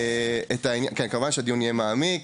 כמובן שהדיון יהיה מעמיק,